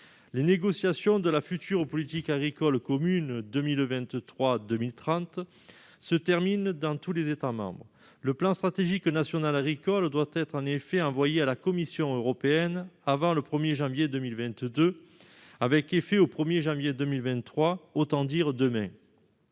Les négociations de la future politique agricole commune (PAC) pour 2023-2030 se terminent dans tous les États membres. Le plan stratégique national agricole doit être envoyé à la Commission européenne avant le 1 janvier 2022, avec effet au 1 janvier 2023- autant dire demain